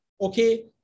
okay